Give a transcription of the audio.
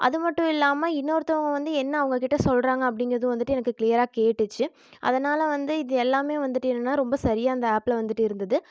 அது மட்டும் இல்லாமல் இன்னொருத்தவன் வந்து என்ன அவங்ககிட்ட சொல்லுறாங்க அப்படிங்கிறதும் வந்துவிட்டு எனக்கு கிளியராக கேட்டுச்சு அதனால் வந்து இது எல்லாமே வந்துவிட்டு என்னென்னா ரொம்ப சரியாக அந்த ஆப்பில வந்துவிட்டு இருந்துது